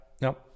no